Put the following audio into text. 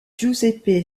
giuseppe